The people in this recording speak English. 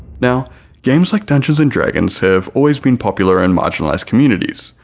now games like dungeons and dragons have always been popular in marginalized communities,